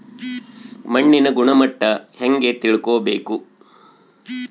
ಮಣ್ಣಿನ ಗುಣಮಟ್ಟ ಹೆಂಗೆ ತಿಳ್ಕೊಬೇಕು?